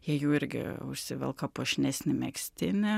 jie jau irgi užsivelka puošnesnį megztinį